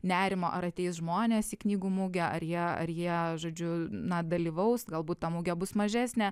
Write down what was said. nerimo ar ateis žmonės į knygų mugę ar jie ar jie žodžiu na dalyvaus galbūt ta mugė bus mažesnė